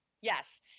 Yes